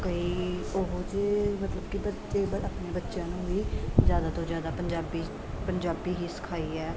ਕਈ ਉਹ ਜਿਹੇ ਮਤਲਬ ਕਿ ਬੱਚੇ ਵ ਆਪਣੇ ਬੱਚਿਆਂ ਨੂੰ ਵੀ ਜ਼ਿਆਦਾ ਤੋਂ ਜ਼ਿਆਦਾ ਪੰਜਾਬੀ ਪੰਜਾਬੀ ਹੀ ਸਿਖਾਈ ਹੈ